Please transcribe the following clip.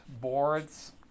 boards